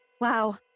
wow